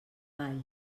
vall